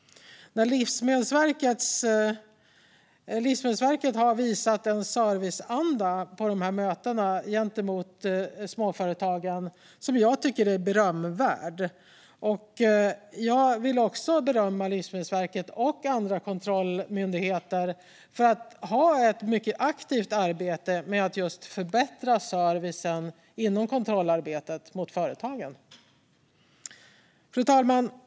Livsmedelsverket har på mötena visat en serviceanda gentemot småföretagen som jag tycker är berömvärd. Jag vill berömma Livsmedelsverket och andra kontrollmyndigheter för att de har ett mycket aktivt arbete med att just förbättra servicen inom kontrollarbetet mot företagen. Fru talman!